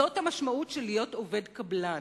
זאת המשמעות של להיות עובד קבלן.